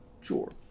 Sure